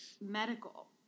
medical